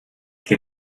que